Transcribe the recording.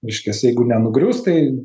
reiškias jeigu nenugrius tai